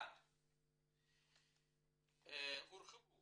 1. הורחבו